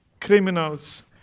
criminals